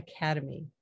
Academy